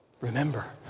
remember